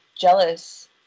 jealous